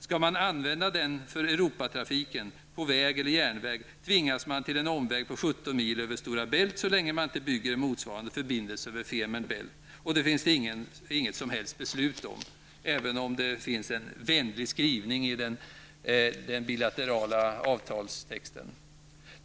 Skall man använda den för Europatrafiken, på väg eller järnväg, tvingas man till en omväg på 17 mil över Stora Bält, så länge man inte bygger en motsvarande förbindelse över Femer Bält, och det finns det inget som helst beslut om, även om det finns en vänlig skrivning i den bilaterala avtalstexten.